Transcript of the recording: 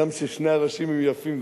גם כששני הראשים יפים,